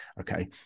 Okay